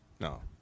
No